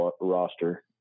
roster